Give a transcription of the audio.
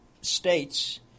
states